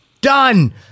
done